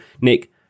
Nick